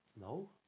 No